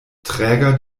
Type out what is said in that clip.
träger